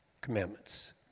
commandments